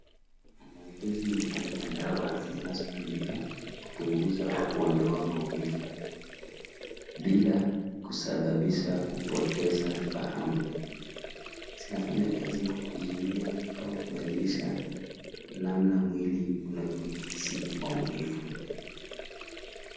Analgesic ni aina ya dawa zinazotumika kupunguza au kuodoa maumivu bila kusababisha kupoteza fahamu, zinafanya kazi kwa kuzuia au kubadilisha namna mwili unavyohisi maumivu.